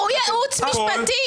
הוא ייעוץ משפטי.